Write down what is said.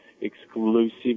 exclusive